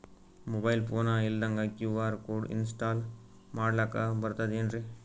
Mobile phone ಇಲ್ದಂಗ QR code install ಮಾಡ್ಲಕ ಬರ್ತದೇನ್ರಿ?